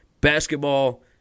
basketball